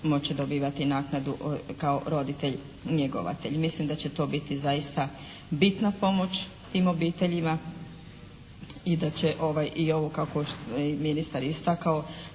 moći dobivati naknadu kao roditelj njegovatelj. Mislim da će to biti zaista bitna pomoć tim obiteljima i da će i ovo kako je ministar istakao